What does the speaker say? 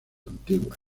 antiguas